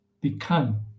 become